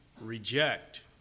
reject